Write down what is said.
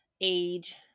age